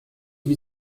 lui